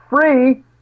free